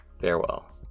Farewell